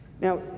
Now